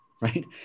right